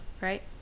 right